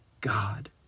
God